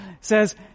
says